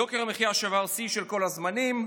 יוקר המחיה שבר שיא של כל הזמנים,